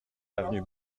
avenue